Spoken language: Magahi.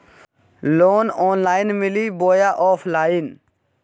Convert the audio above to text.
लोन ऑनलाइन मिली बोया ऑफलाइन?